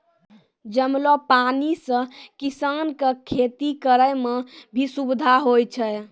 जमलो पानी से किसान के खेती करै मे भी सुबिधा होय छै